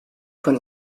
von